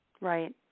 Right